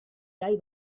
gai